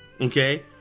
okay